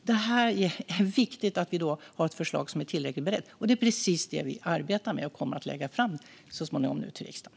Det är viktigt att vi har ett förslag som är tillräckligt berett. Det är precis det vi arbetar med, och vi kommer så småningom att lägga fram det för riksdagen.